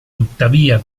tuttavia